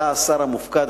אתה השר המופקד,